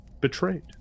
betrayed